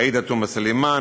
עאידה תומא סלימאן,